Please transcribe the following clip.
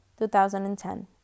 2010